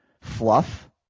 fluff